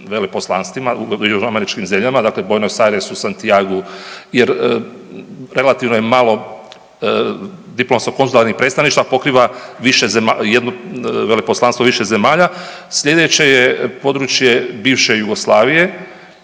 veleposlanstvima u južnoameričkim zemljama dakle u Buenos Airesu, Santiagu jer relativno je malo diplomsko-konzularnih predstavništva pokriva više jedno poslanstvo više zemalja. Sljedeće je područje bivše Jugoslavije